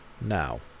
now